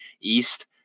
east